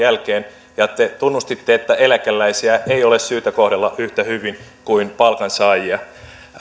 jälkeen ja te tunnustitte että eläkeläisiä ei ole syytä kohdella yhtä hyvin kuin palkansaajia